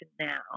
now